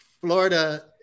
Florida